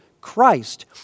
Christ